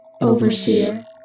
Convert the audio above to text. Overseer